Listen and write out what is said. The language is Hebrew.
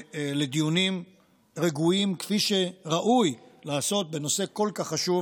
לדיונים רגועים, כפי שראוי לעשות בנושא כל כך חשוב